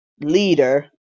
leader